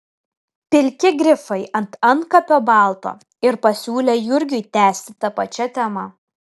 pilki grifai ant antkapio balto ir pasiūlė jurgiui tęsti ta pačia tema